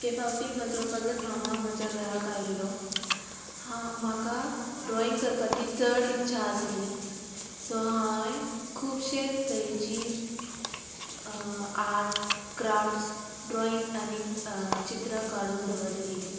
एकेक फावटी म्हजो कजन मामा म्हज्या घराक आयिल्लो म्हाका ड्रॉईंग करपाची चड इच्छा आशिल्ली सो हांवें खुबशे तरेची आर्ट क्राफ्ट्स ड्रॉइंग आनी चित्रां काडून दवरिल्लें